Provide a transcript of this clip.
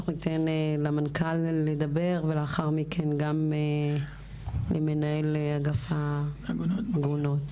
אנחנו ניתן למנכ"ל לדבר ולאחר מכן גם למנהל אגף העגונות.